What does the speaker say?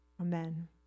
Amen